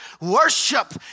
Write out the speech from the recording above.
worship